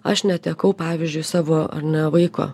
aš netekau pavyzdžiui savo ar ne vaiko